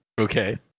okay